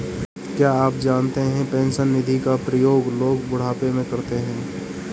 क्या आप जानते है पेंशन निधि का प्रयोग लोग बुढ़ापे में करते है?